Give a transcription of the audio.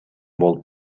болуп